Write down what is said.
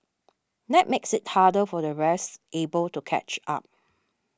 that makes it harder for the rest able to catch up